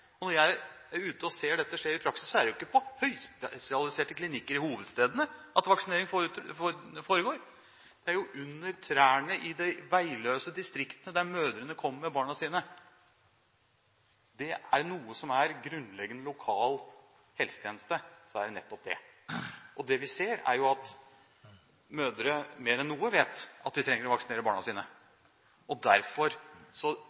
Når jeg er ute og ser at dette skjer i praksis, så er det jo ikke på høyspesialiserte klinikker i hovedstedene at vaksineringen foregår – det er jo under trærne i de veiløse distriktene, der mødrene kommer med barna sine. Er det noe som er grunnleggende, lokal helsetjeneste, så er det nettopp det. Det vi ser, er jo at mødre – mer enn noen – vet at de trenger å vaksinere barna